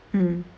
mm